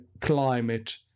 climate